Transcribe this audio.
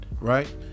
right